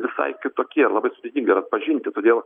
visai kitokie ir labai sudėtinga yra atpažinti todėl